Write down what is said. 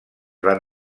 van